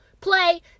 play